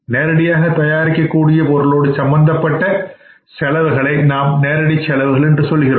நேரடியாக தயாரிக்கக்கூடிய பொருளோடு சம்பந்தப்பட்ட செலவுகளை நாம் நேரடிச்செலவுகள் என்று சொல்கின்றோம்